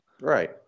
Right